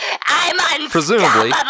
Presumably